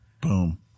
Boom